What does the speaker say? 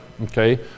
okay